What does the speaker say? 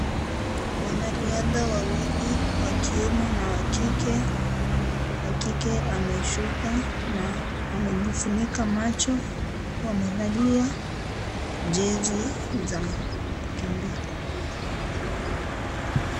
Wanariadha wawili, wa kiume na wa kike. Wa kike ameshuka na amejifunika macho. Wamevalia jezi za kukimbia.